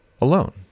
alone